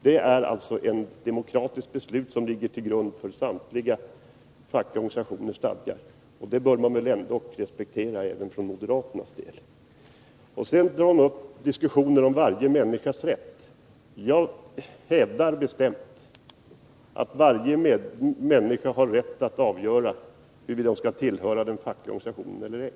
Det är alltså ett demokratiskt beslut som ligger till grund för samtliga fackliga organisationers stadgar, och det bör man väl ändå respektera även från moderaternas sida. Sonja Rembo drar också upp en diskussion om varje människas rätt. Jag hävdar bestämt att varje människa har rätt att avgöra huruvida hon skall tillhöra den fackliga organisationen eller ej.